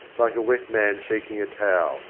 like a wet man seeking a towel,